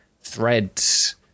threads